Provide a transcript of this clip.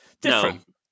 different